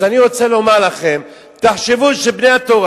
אז אני רוצה לומר לכם, תחשבו שבני-התורה,